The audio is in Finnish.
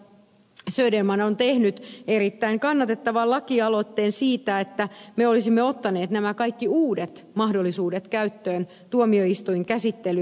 söderman on tehnyt erittäin kannatettavan lakialoitteen siitä että me olisimme ottaneet nämä kaikki uudet mahdollisuudet käyttöön tuomioistuinkäsittelyssä